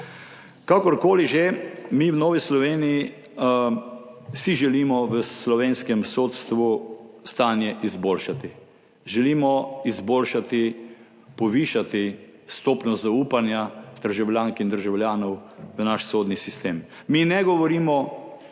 Kakorkoli že, mi v Novi Sloveniji si želimo v slovenskem sodstvu stanje izboljšati. Želimo izboljšati, povišati stopnjo zaupanja državljank in državljanov v naš sodni sistem. Mi ne govorimo